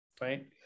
right